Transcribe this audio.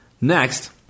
Next